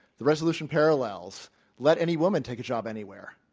the resolution parallels let any woman take a job anywhere,